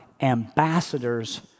ambassadors